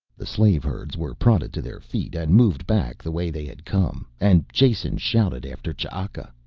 the slave herds were prodded to their feet and moved back the way they had come, and jason shouted after ch'aka.